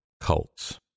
Cults